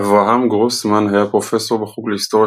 אברהם גרוסמן היה פרופסור בחוג להיסטוריה